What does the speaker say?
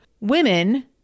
Women